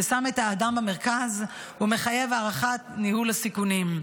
ששם את האדם במרכז ומחייב הערכת ניהול הסיכונים.